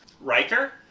Riker